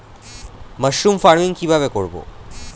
Mushroom farming কি ভাবে করব?